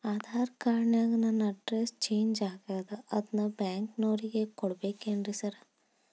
Aadhaar card ನ್ಯಾಗ ನನ್ address change ಆಗ್ಯಾದ ಅದನ್ನ ಬ್ಯಾಂಕಿನೊರಿಗೆ ಕೊಡ್ಬೇಕೇನ್ರಿ ಸಾರ್?